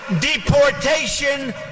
deportation